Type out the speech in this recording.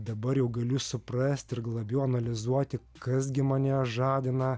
dabar jau galiu suprasti ir labiau analizuoti kas gi mane žadina